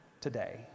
today